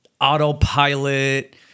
autopilot